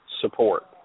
support